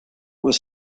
was